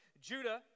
Judah